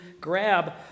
grab